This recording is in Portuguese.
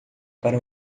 para